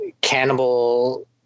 cannibal